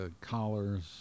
collars